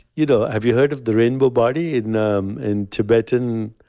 you know have you heard of the rainbow body in um in tibetan?